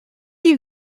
you